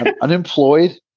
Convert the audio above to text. unemployed